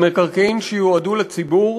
במקרקעין שיועדו לציבור,